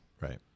right